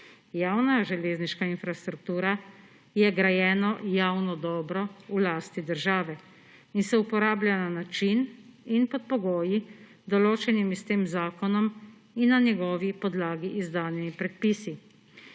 Javna železniška infrastruktura je grajeno javno dobro v lasti države in se uporablja na način in pod pogoji, določenimi s tem zakonom in na njegovi podlagi izdanimi predpisi.